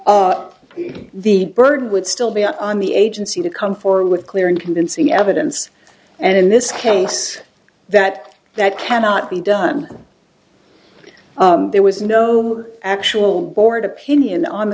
the burden would still be on the agency to come forward with clear and convincing evidence and in this case that that cannot be done there was no actual court opinion on